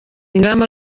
ingamba